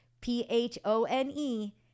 P-H-O-N-E